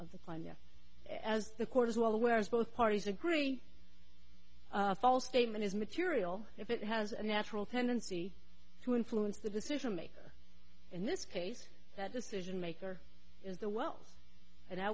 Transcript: of the crime yet as the court is well aware as both parties agree false statement is material if it has a natural tendency to influence the decision maker in this case that decision maker is the wells and i